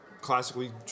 classically